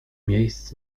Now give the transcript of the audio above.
miejsc